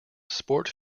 sport